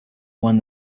one